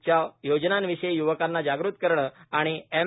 च्या योजनाविषयी युवकांना जागृत करणं आणि एम